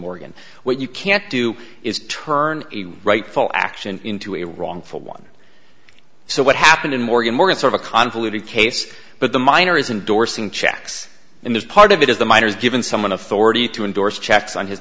morgan what you can't do is turn a rightful action into a wrongful one so what happened in morgan morgan sort of convoluted case but the minor is indorsing checks in this part of it is the minors given someone authority to endorse checks on his